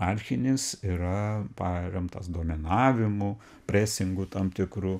archinis yra paremtas dominavimu presingu tam tikru